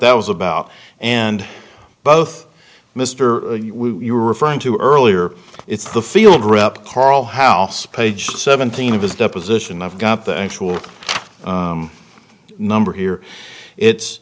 that was about and both mr you were referring to earlier it's the field rep carl house page seventeen of his deposition i've got the actual number here it's